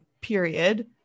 period